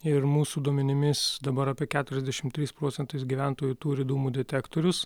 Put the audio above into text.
ir mūsų duomenimis dabar apie keturiasdešim tris procentais gyventojų turi dūmų detektorius